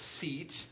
seat